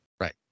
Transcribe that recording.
right